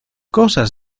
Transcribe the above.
cosas